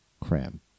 cram